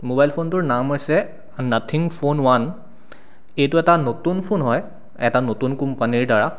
mobile ফোনটোৰ নাম হৈছে নাথিং ফোন ওৱান এইটো এটা নতুন ফোন হয় এটা নতুন কোম্পানীৰদ্বাৰা